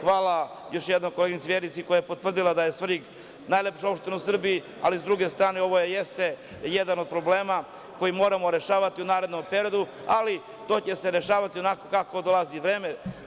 Hvala, još jednom koleginici Vjerici, koja je potvrdila da je Svrljig najlepša opština u Srbiji, ali sa druge strane, ovo jeste jedan od problema koji moramo rešavati u narednom periodu, ali to, će se rešavati onako kako dolazi vreme.